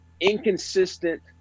inconsistent